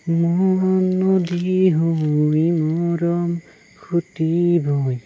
মন নদী হৈ মৰম সুঁতি বৈ